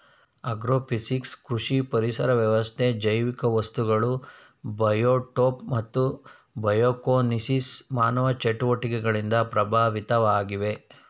agrophysics ಕೃಷಿ ಪರಿಸರ ವ್ಯವಸ್ಥೆ ಜೈವಿಕ ವಸ್ತುಗಳು ಬಯೋಟೋಪ್ ಮತ್ತು ಬಯೋಕೋನೋಸಿಸ್ ಮಾನವ ಚಟುವಟಿಕೆಯಿಂದ ಪ್ರಭಾವಿತವಾಗಿವೆ